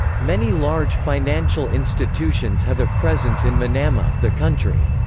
many large financial institutions have a presence in manama, the country's